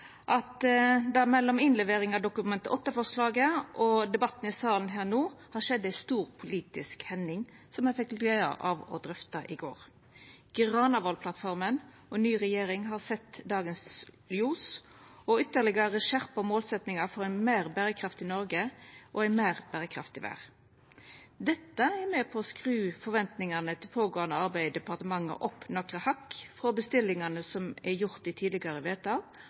Mellom innleveringa av Dokument 8-forslaget og debatten i salen her no har det skjedd ei stor politisk hending som me fekk gleda av å drøfta i går. Granavolden-plattforma og ny regjering har sett dagens ljos, med ytterlegare skjerpte målsetjingar for eit meir berekraftig Noreg og ei meir berekraftig verd. Dette er med på å skru forventningane til det pågåande arbeidet i departementet opp nokre hakk frå bestillingane som er gjorde i tidlegare vedtak,